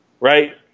right